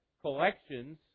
collections